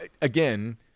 again